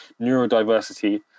neurodiversity